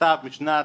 מכתב משנת